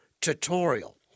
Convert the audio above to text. tutorial